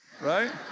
right